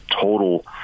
total –